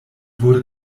wurde